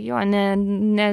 jo ne ne